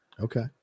okay